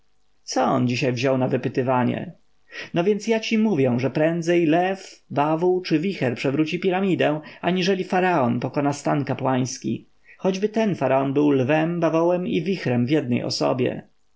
co on dzisiaj wziął na wypytywanie no więc ja ci mówię że prędzej lew bawół czy wicher przewróci piramidę aniżeli faraon pokona stan kapłański choćby ten faraon był lwem bawołem i wichrem w jednej osobie